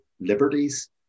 liberties